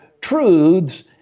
truths